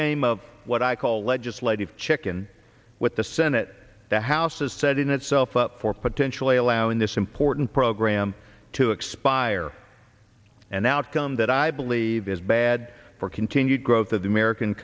game of what i call legislative chicken with the senate the house is set in itself up for potentially allowing this important program to expire an outcome that i believe is bad for continued growth of the american